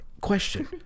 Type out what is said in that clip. question